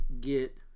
get